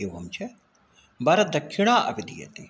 एवं च वरदक्षिणा अपि दीयते